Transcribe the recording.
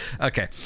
Okay